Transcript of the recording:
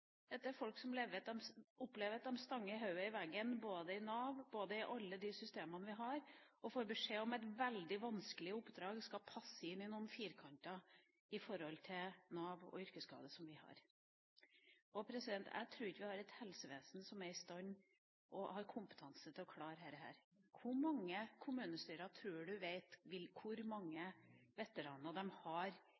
opplever at de stanger hodet i veggen både i Nav og i alle de andre systemene vi har, og får beskjed om at veldig vanskelige oppdrag skal passe inn i noen firkanter når det gjelder Nav og yrkesskader. Jeg tror ikke vi har et helsevesen som er i stand til og har kompetanse til å klare dette. Hvor mange kommunestyrer tror du det er som vet hvor mange